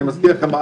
אני מזכיר לכם,